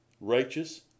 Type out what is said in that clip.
righteous